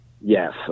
Yes